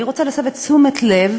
אני רוצה להסב את תשומת הלב